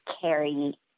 carry